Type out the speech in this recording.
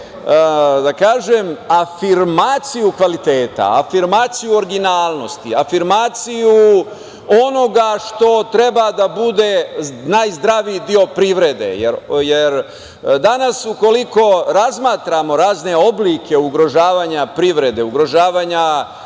da kažem, afirmaciju kvaliteta, afirmaciju originalnost, afirmaciju onoga što treba da bude najzdraviji deo privrede, jer danas ukoliko razmatramo razne oblike ugrožavanja privrede, ugrožavanja